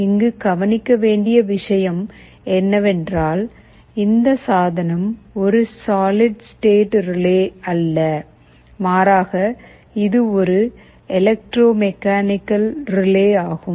இங்கு கவனிக்க வேண்டிய விஷயம் என்னவென்றால் இந்த சாதனம் ஒரு சாலிட் ஸ்டேட் ரிலே அல்ல மாறாக இது ஒரு எலக்ட்ரோ மெக்கானிக்கல் ரிலே ஆகும்